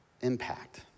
impact